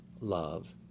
love